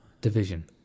Division